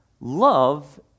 Love